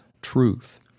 truth